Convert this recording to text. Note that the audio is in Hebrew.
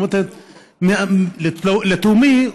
לתומי.